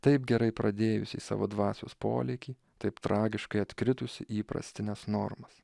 taip gerai pradėjusį savo dvasios polėkį taip tragiškai atkritusį į įprastines normas